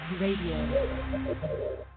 Radio